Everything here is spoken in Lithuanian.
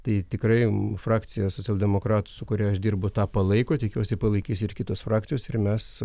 tai tikrai frakcija socialdemokratų su kuria aš dirbu tą palaiko tikiuosi palaikys ir kitos frakcijos ir mes